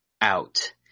out